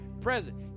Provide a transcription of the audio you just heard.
present